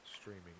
streaming